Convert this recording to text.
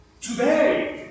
today